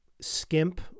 skimp